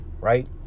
Right